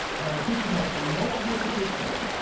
now the picture has no identification on it,